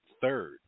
third